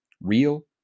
real